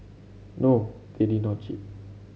no they did not cheat